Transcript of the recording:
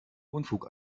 unfug